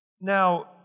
Now